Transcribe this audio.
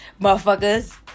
motherfuckers